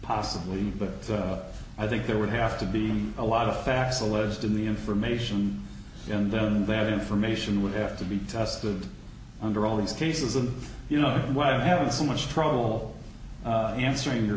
possibly but i think there would have to be a lot of facts alleged in the information and then that information would have to be tested under all these cases and you know why i'm having so much trouble answering